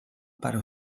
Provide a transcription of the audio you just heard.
para